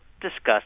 discussed